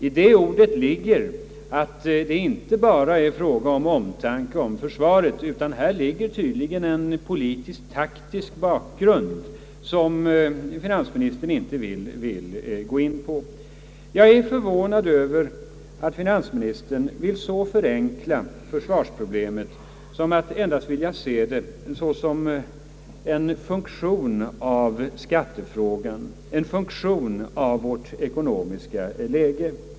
I det ordet ligger att det inte alls bara är fråga om omtanke om försvaret utan att här tydligen finns en politisk och taktisk bakgrund, som finansministern inte vill gå in på. Jag är förvånad över att finansministern vill så förenkla försvarsproblemet att han endast ser det som en funktion av skattefrågan, en funktion av vårt ekonomiska läge.